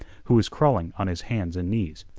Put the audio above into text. who was crawling on his hands and knees.